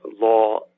law